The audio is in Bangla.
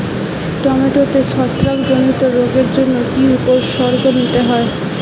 টমেটোতে ছত্রাক জনিত রোগের জন্য কি উপসর্গ নিতে হয়?